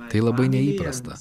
tai labai neįprasta